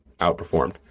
outperformed